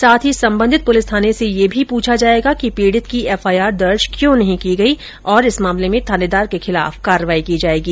साथ ही संबंधित पुलिस थाने से भी यह पूछा जायेगा कि पीडित की एफआईआर दर्ज क्यों नहीं की गई और इस मामले में थानेदार के खिलाफ कार्रवाई की जायेगी